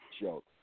joke